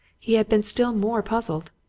he had been still more puzzled.